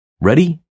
Ready